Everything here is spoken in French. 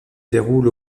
déroule